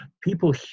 people